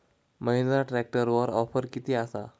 महिंद्रा ट्रॅकटरवर ऑफर किती आसा?